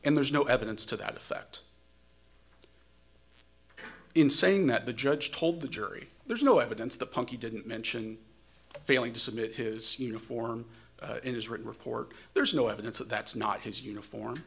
and there's no evidence to that effect in saying that the judge told the jury there's no evidence the punky didn't mention failing to submit his uniform in his written report there's no evidence that that's not his uniform